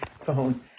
phone